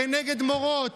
כנגד מורות.